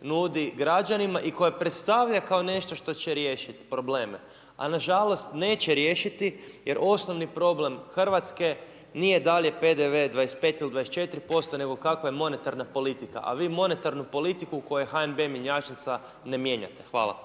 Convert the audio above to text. nudi građanima i koje predstavlja kao nešto što će riješiti probleme. A nažalost, neće riješiti, jer osnovni problem Hrvatske, nije dalje PDV 25 ili 24 posto, nego kako je monetarna politika. A vi monetarnu politiku, koju je HNB mjenjačnica ne mijenjate. Hvala.